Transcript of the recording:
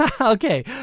Okay